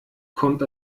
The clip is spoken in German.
kommt